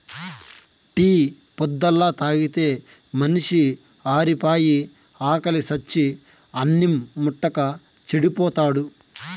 tea పొద్దల్లా తాగితే మనిషి ఆరిపాయి, ఆకిలి సచ్చి అన్నిం ముట్టక చెడిపోతాడు